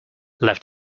left